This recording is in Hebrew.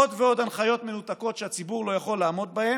עוד ועוד הנחיות מנותקות שהציבור לא יכול לעמוד בהן,